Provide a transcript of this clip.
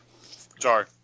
Sorry